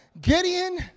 Gideon